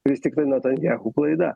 vis tiktai natanjahų klaida